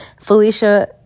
Felicia